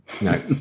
No